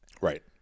Right